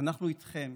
אנחנו איתכם,